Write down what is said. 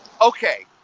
Okay